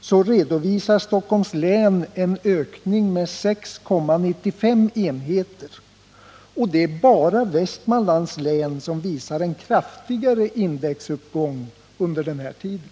så finner man för Stockholms län en ökning med 6,95 enheter. Det är bara Västmanlands län som visar en kraftigare indexuppgång under den här tiden.